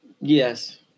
Yes